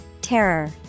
Terror